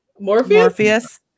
Morpheus